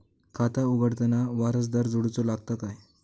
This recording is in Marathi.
खाता उघडताना वारसदार जोडूचो लागता काय?